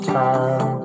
time